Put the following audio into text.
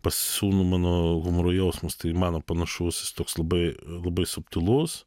pas sūnų mano humoro jausmas tai mano panašus jis toks labai labai subtilus